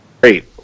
great